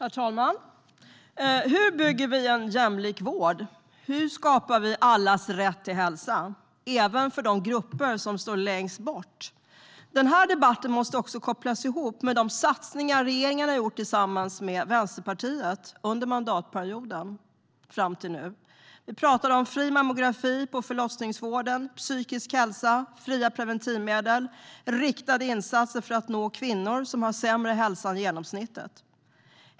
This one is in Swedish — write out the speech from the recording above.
Herr talman! Hur bygger vi en jämlik vård? Hur skapar vi allas rätt till hälsa? Det gäller även för de grupper som står längst bort. Den här debatten måste kopplas ihop med de satsningar som regeringen har gjort tillsammans med Vänsterpartiet under mandatperioden fram till nu. Vi talar om fri mammografi på förlossningsvården, psykisk hälsa, fria preventivmedel och riktade insatser för att nå de kvinnor som har sämre hälsa än genomsnittet.